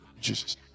Jesus